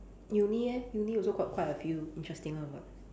uni eh uni also got quite a few interesting one [what]